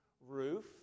roof